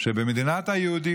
שבמדינת היהודים,